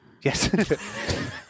Yes